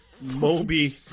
Moby